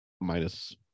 minus